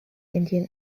indian